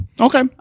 Okay